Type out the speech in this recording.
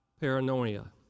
paranoia